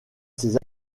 ses